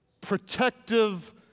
protective